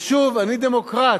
ושוב, אני דמוקרט,